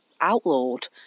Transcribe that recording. outlawed